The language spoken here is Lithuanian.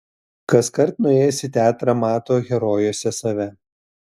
kaskart nuėjęs į teatrą mato herojuose save